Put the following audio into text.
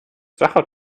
sacher